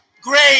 great